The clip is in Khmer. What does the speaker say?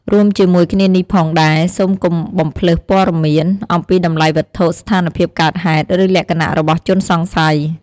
រួមជាមួយគ្នានេះផងដែរ សូមកុំបំភ្លើសព័ត៌មាន អំពីតម្លៃវត្ថុ ស្ថានភាពកើតហេតុ ឬលក្ខណៈរបស់ជនសង្ស័យ។